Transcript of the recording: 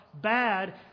bad